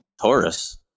Taurus